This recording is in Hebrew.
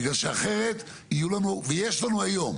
בגלל שאחרת, יהיו לנו ויש לנו היום,